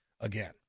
again